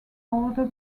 order